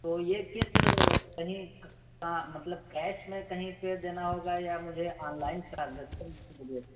تو یہ کس کہیں مطلب کیش میں کہیں پہ دینا ہوگا یا مجھے آن لائن ٹرانزیکشن کی ضرورت ہے